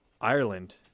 Ireland